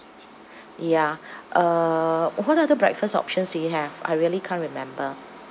ya uh what other breakfast options do you have I really can't remember